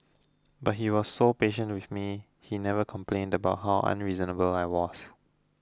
but he was so patient with me he never complained about how unreasonable I was